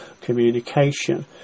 communication